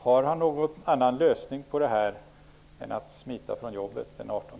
Har han någon annan lösning på problemet än att smita ifrån jobbet den